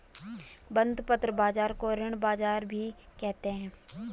बंधपत्र बाज़ार को ऋण बाज़ार भी कहते हैं